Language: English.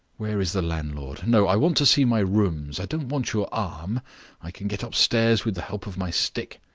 where is the landlord? no i want to see my rooms. i don't want your arm i can get upstairs with the help of my stick.